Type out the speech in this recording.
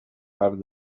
part